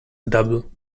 double